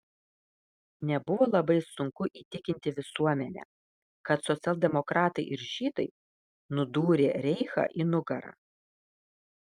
nebuvo labai sunku įtikinti visuomenę kad socialdemokratai ir žydai nudūrė reichą į nugarą